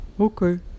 Okay